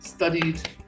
studied